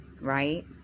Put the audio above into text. right